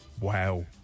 Wow